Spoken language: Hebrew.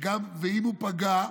אם הוא פגע,